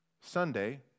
Sunday